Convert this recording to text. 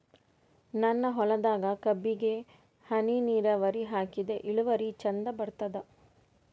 ನನ್ನ ಹೊಲದಾಗ ಕಬ್ಬಿಗಿ ಹನಿ ನಿರಾವರಿಹಾಕಿದೆ ಇಳುವರಿ ಚಂದ ಬರತ್ತಾದ?